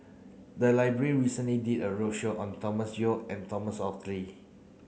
the library recently did a roadshow on Thomas Yeo and Thomas Oxley